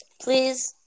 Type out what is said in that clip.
Please